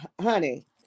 honey